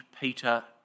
Peter